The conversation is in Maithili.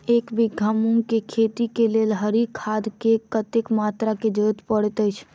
एक बीघा मूंग केँ खेती केँ लेल हरी खाद केँ कत्ते मात्रा केँ जरूरत पड़तै अछि?